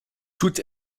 tut